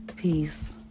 Peace